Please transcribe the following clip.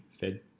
fed